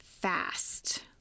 fast